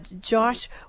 josh